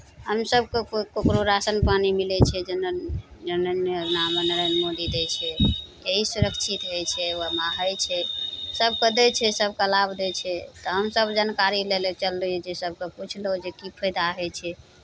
हम सभकेँ ककरो राशन पानि मिलै छै जनधन जनधन योजनामे नरेन्द्र मोदी दै छै तऽ एहि सुरक्षित होइ छै ओ अपना होइ छै सभकेँ दै छै सभकेँ लाभ दै छै तऽ हमसभ जानकारी लै लए चललियै जे सभकेँ पुछलहुँ जे की फाइदा होइ छै